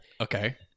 Okay